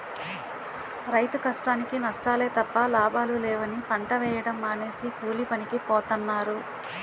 రైతు కష్టానికీ నష్టాలే తప్ప లాభాలు లేవని పంట వేయడం మానేసి కూలీపనికి పోతన్నారు